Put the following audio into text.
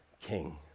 king